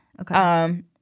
okay